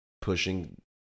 pushing